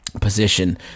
Position